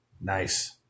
Nice